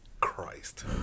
Christ